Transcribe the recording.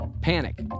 Panic